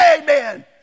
Amen